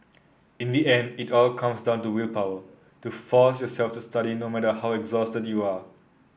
in the end it all comes down to willpower to force yourself to study no matter how exhausted you are